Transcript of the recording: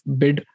bid